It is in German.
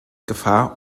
gefahr